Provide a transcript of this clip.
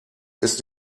ist